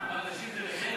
מה, נשים זה נכים?